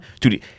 dude